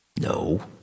No